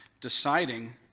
deciding